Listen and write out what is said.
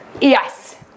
Yes